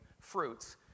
fruits